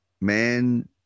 man